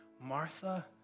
Martha